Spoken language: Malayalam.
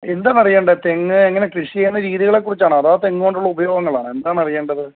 എന്താണ് അറിയേണ്ടത് തെങ്ങ് എങ്ങനെ കൃഷി ചെയ്യുന്ന രീതികളെ കുറിച്ചാണോ അതോ തെങ്ങ് കൊണ്ടുള്ള ഉപയോഗങ്ങളാണോ എന്താണ് അറിയേണ്ടത്